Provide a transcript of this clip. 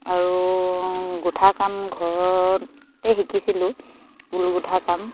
আৰু গোঁঠা কাম ঘৰতে শিকিছিলোঁ ঊল গোঁঠা কাম